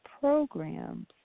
programs